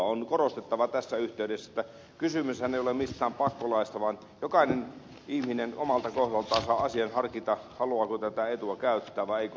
on korostettava tässä yhteydessä että kysymyshän ei ole mistään pakkolaista vaan jokainen ihminen omalta kohdaltaan saa asian harkita haluaako tätä etua käyttää vai eikö halua